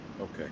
Okay